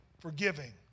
forgiving